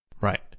Right